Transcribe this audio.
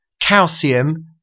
calcium